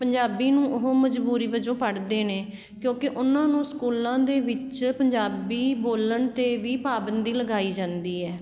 ਪੰਜਾਬੀ ਨੂੰ ਉਹ ਮਜ਼ਬੂਰੀ ਵਜੋਂ ਪੜ੍ਹਦੇ ਨੇ ਕਿਉਂਕਿ ਉਹਨਾਂ ਨੂੰ ਸਕੂਲਾਂ ਦੇ ਵਿੱਚ ਪੰਜਾਬੀ ਬੋਲਣ 'ਤੇ ਵੀ ਪਾਬੰਦੀ ਲਗਾਈ ਜਾਂਦੀ ਹੈ